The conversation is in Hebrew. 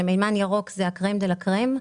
כשמימן ירוק זה הקרם דה לקרם.